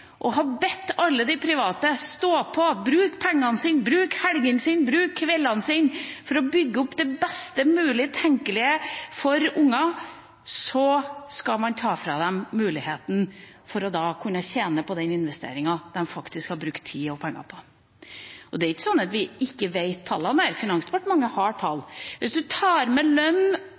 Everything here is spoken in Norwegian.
har bedt alle de private stå på, bruke pengene sine, bruke helgene sine og bruke kveldene sine for å bygge opp det best mulig tenkelige for barn, skal man ta fra dem muligheten til å kunne tjene på den investeringen de faktisk har brukt tid og penger på. Og det er ikke slik at vi ikke vet tallene, nei; Finansdepartementet har tall. Hvis en tar med lønn